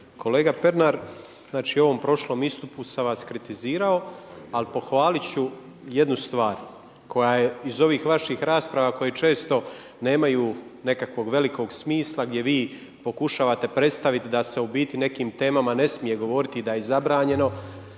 Kolega Pernar, znači u ovom prošlom istupu sam vas kritizirao ali pohvaliti ću jednu stvar koja je iz ovih vaših rasprava, koje često nemaju nekakvog velikog smisla, gdje vi pokušavate predstaviti da se u biti o nekim temama ne smije govoriti i da je zabranjeno,